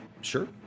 Sure